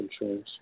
insurance